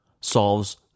solves